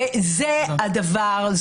וזה הדבר,